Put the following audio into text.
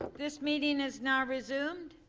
this meeting is now resumed.